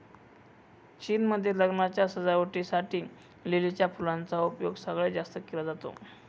चीन मध्ये लग्नाच्या सजावटी साठी लिलीच्या फुलांचा उपयोग सगळ्यात जास्त केला जातो